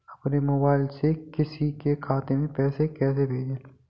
अपने मोबाइल से किसी के खाते में पैसे कैसे भेजें?